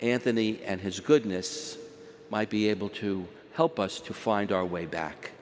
anthony and his goodness might be able to help us to find our way back